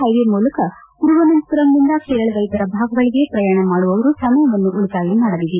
highway ಮೂಲಕ ತಿರುವನಂತಪುರಂ ನಿಂದ ಕೇರಳದ ಇತರ ಭಾಗಗಳಿಗೆ ಪ್ರಯಾಣ ಮಾಡುವವರ ಸಮಯವನ್ನು ಉಳಿತಾಯ ಮಾಡಲಿದೆ